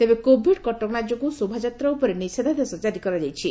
ତେବେ କୋଭିଡ୍ କଟକଣା ଯୋଗୁଁ ଶୋଭାଯାତ୍ରା ଉପରେ ନିଷେଧାଦେଶ ଜାରି କରାଯାଇଛି